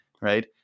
Right